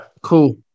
Cool